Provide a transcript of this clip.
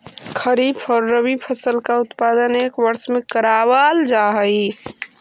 खरीफ और रबी फसल का उत्पादन एक वर्ष में करावाल जा हई